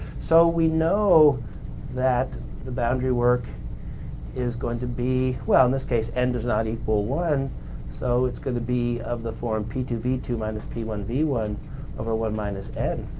so, we know that the boundary work is going to be, well in this case n does not equal one so it's going to be of the form p two v two minus p one v one over one minus n.